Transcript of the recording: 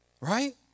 Right